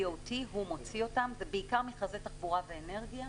B.O.T. זה בעיקר מכרזי תחבורה ואנרגיה.